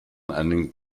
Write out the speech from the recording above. einen